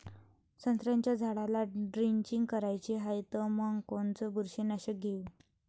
संत्र्याच्या झाडाला द्रेंचींग करायची हाये तर मग कोनच बुरशीनाशक घेऊ?